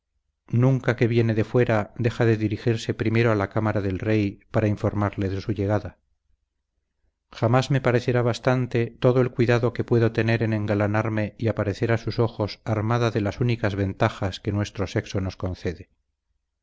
nunca que viene de fuera deja de dirigirse primero a la cámara del rey para informarle de su llegada jamás me parecerá bastante todo el cuidado que puedo tener en engalanarme y aparecer a sus ojos armada de las únicas ventajas que nuestro sexo nos concede